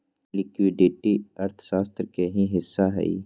liquidity अर्थशास्त्र के ही हिस्सा हई